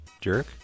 Jerk